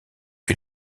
que